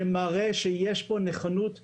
שמראה שיש פה נכונות חדשה.